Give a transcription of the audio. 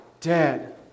dead